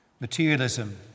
materialism